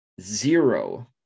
zero